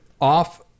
off